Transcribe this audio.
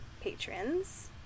patrons